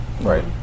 Right